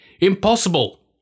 Impossible